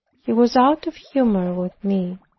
he was out of humor with me.